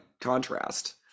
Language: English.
contrast